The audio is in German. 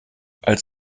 als